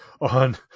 on